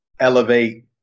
Elevate